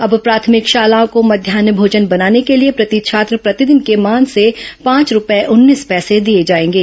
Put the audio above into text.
अब प्राथमिक शालाओं को मध्यान्ह भोजन बनाने के लिए प्रति छात्र प्रतिदिन के मान से पांच रूपए उन्नीस पैसे दिए जाएंगे